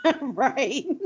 Right